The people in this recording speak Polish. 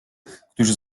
którzy